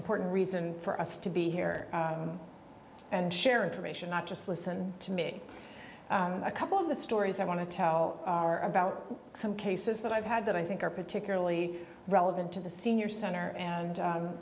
important reason for us to be here and share information not just listen to me a couple of the stories i want to tell are about some cases that i've had that i think are particularly relevant to the senior center and